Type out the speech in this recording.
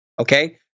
Okay